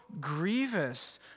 grievous